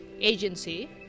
agency